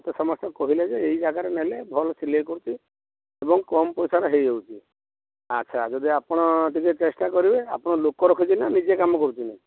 ତ ସମସ୍ତେ କହିଲେ ଯେ ଏଇ ଜାଗାରେ ନେଲେ ଭଲ ସିଲାଇ କରୁଛି ଏବଂ କମ୍ ପଇସାରେ ହେଇଯାଉଛି ଆଚ୍ଛା ଯଦି ଆପଣ ଟିକିଏ ଚେଷ୍ଟା କରିବେ ଆପଣ ଲୋକ ରଖିଛି ନା ନିଜେ କାମ କରୁଛନ୍ତି